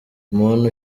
muntu